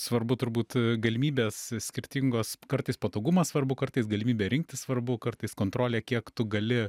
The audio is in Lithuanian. svarbu turbūt galimybės skirtingos kartais patogumas svarbu kartais galimybė rinktis svarbu kartais kontrolė kiek tu gali